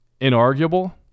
inarguable